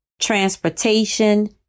transportation